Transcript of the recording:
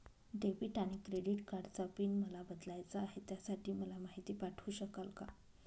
Debit आणि credit कार्डचा PIN मला बदलायचा आहे, त्यासाठी मला माहिती पाठवू शकाल का?